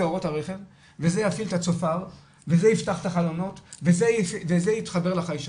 אורות הרכב וזה יפעיל את הצופר וזה יפתח את החלונות וזה יתחבר לחיישנים.